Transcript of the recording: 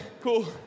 cool